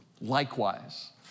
Likewise